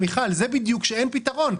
מיכל, לזה בדיוק אין פתרון.